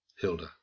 Hilda